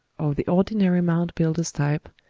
of the ordinary mound-builder's type,